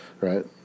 Right